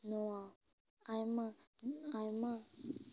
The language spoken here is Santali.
ᱱᱚᱣᱟ ᱟᱭᱢᱟ ᱟᱭᱢᱟ